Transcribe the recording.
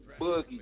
Boogie